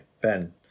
Ben